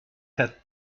had